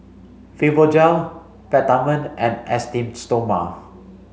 Fibogel Peptamen and Esteem stoma